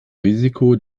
risiko